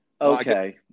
Okay